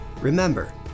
Remember